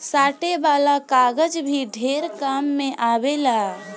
साटे वाला कागज भी ढेर काम मे आवेला